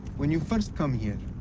when you first come here,